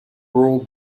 pro